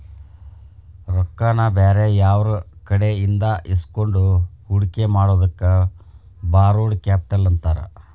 ರೊಕ್ಕಾನ ಬ್ಯಾರೆಯವ್ರಕಡೆಇಂದಾ ಇಸ್ಕೊಂಡ್ ಹೂಡ್ಕಿ ಮಾಡೊದಕ್ಕ ಬಾರೊಡ್ ಕ್ಯಾಪಿಟಲ್ ಅಂತಾರ